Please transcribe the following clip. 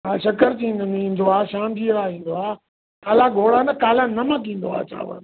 हा शक्कर चीनी में ईंदो आहे श्याम जीअ वारो ईंदो आहे काला घोड़ा न काला नमक ईंदो आहे चांवर